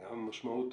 המשמעות,